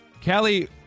kelly